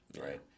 right